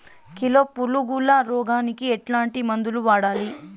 Kilo పులుగుల రోగానికి ఎట్లాంటి మందులు వాడాలి?